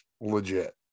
legit